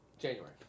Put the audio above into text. January